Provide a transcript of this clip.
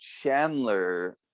Chandler